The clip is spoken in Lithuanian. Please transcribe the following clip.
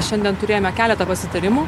šiandien turėjome keletą pasitarimų